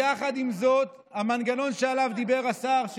יחד עם זאת המנגנון שעליו דיבר השר ממשרד האוצר,